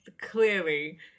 clearly